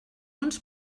uns